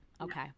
Okay